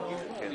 כן.